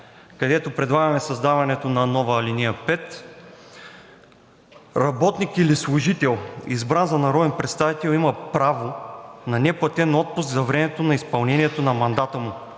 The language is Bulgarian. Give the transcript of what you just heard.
където предлагаме създаването на нова ал. 5: „Работник или служител, избран за народен представител, има право на неплатен отпуск за времето на изпълнението на мандата му.